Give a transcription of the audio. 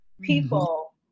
people